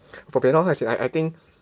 for hard as in I I think